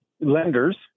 lenders